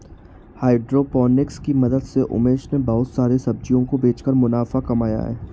hydroponics की मदद से उमेश ने बहुत सारी सब्जियों को बेचकर मुनाफा कमाया है